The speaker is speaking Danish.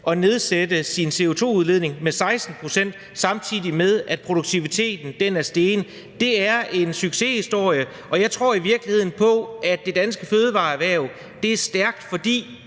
at nedsætte sin CO2-udledning med 16 pct., samtidig med at produktiviteten er steget. Det er en succeshistorie, og jeg tror i virkeligheden på, at det danske fødevareerhverv er stærkt, fordi